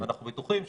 ואנחנו בטוחים שהכנסת,